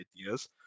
ideas